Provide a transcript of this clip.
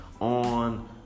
on